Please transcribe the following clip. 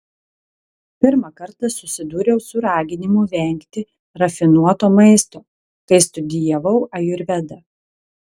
pirmą kartą susidūriau su raginimu vengti rafinuoto maisto kai studijavau ajurvedą